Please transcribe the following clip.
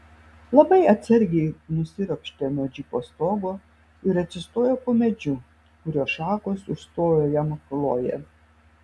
labai atsargiai nusiropštė nuo džipo stogo ir atsistojo po medžiu kurio šakos užstojo jam chlojė